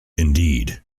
indeed